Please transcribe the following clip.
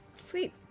Sweet